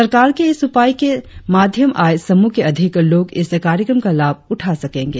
सरकार के इस जगाग से मध्यम आग समह के अधिक लोग दस कार्यक्रम का लाभ उठा सकेंगे